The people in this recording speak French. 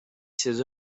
ses